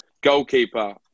Goalkeeper